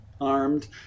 armed